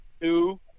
two